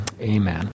amen